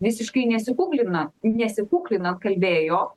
visiškai nesikuklina nesikuklinant kalbėjo